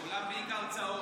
העולם בעיקר צהוב.